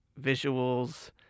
visuals